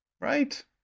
right